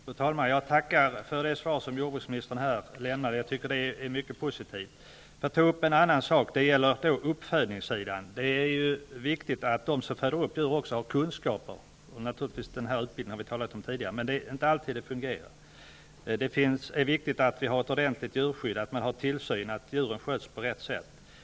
Fru talman! Jag tackar för det svar som jordbruksministern här lämnat. Det är mycket positivt. Jag vill ta upp en annan sak. Det gäller uppfödning. Det är viktigt att de som föder upp djur också har kunskaper -- vi har talat om utbildningen tidigare. Men det är inte alltid som det fungerar. Det är också viktigt att det finns ett ordentligt djurskydd med tillsyn och att djuren sköts på rätt sätt.